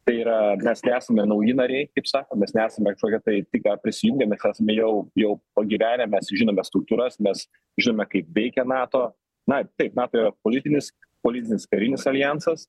tai yra mes nesame nauji nariai kaip sako mes nesame kažkokie tai tik ką prisijungę mes esame jau jau pagyvenę mes žinome struktūras mes žinome kaip veikia nato na taip nato yra politinis politinis karinis aljansas